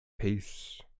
Peace